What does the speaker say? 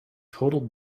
total